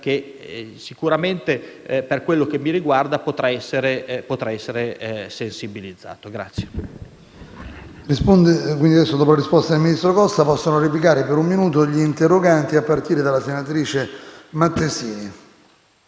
che sicuramente, per quello che mi riguarda, potrà essere sensibilizzato.